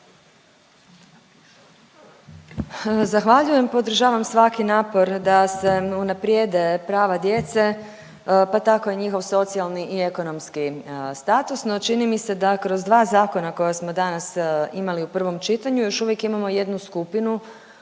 Zahvaljujem. Podržavam svaki napor da se unaprijede prava djece, pa tako i njihov socijalni i ekonomski status, no čini mi se da kroz dva zakona koja smo danas imali u prvom čitanju još uvijek imamo jednu skupinu